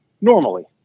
normally